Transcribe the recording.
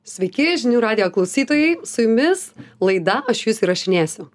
sveiki žinių radijo klausytojai su jumis laida aš jus įrašinėsiu